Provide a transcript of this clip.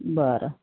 बरं